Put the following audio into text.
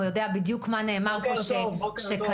הוא יודע בדיוק מה נאמר פה שקיים,